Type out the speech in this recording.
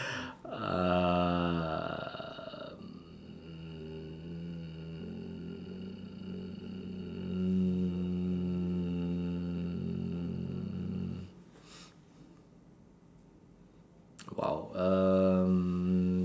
um !wow! um